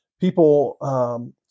people